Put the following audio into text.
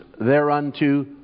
thereunto